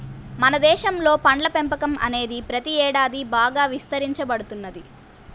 మన దేశంలో పండ్ల పెంపకం అనేది ప్రతి ఏడాది బాగా విస్తరించబడుతున్నది